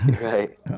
right